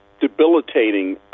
debilitating